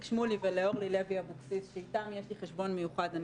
שמולי ולאורלי לוי-אבקסיס שאיתם יש לי חשבון מיוחד.